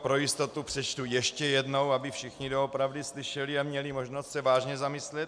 Pro jistotu přečtu ještě jednou, aby všichni doopravdy slyšeli a měli možnost se vážně zamyslet.